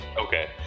okay